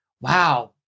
Wow